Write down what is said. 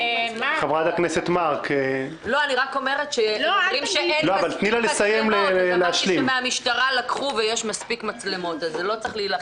אמרו שאין מספיק מצלמות אז הזמינו מהמשטרה ויש מספיק מצלמות.